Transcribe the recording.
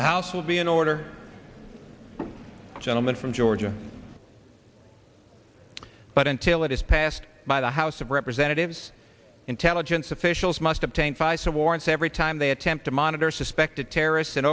the house will be in order gentleman from georgia but until it is passed by the house of representatives intelligence officials must obtain faisel warrants every time they attempt to monitor suspected terrorists